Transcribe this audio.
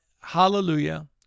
hallelujah